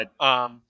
Right